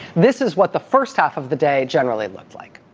this is what the first half of the day generally looked like.